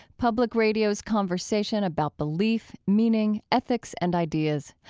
public radio's conversation about belief, meaning, ethics, and ideas.